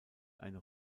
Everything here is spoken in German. eine